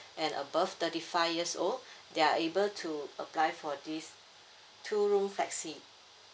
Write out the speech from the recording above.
and above thirty five years old they are able to apply for this two room flexi